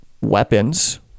weapons